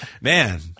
man